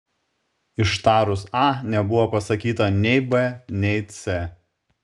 ištarus a nebuvo pasakyta nei b nei c